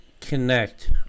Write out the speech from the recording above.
connect